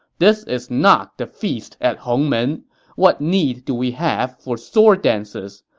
this is not the feast at hongmen what need do we have for sword dances?